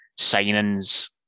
Signings